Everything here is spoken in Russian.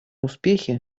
успехи